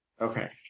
okay